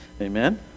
Amen